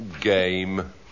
game